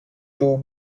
two